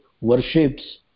worships